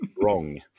wrong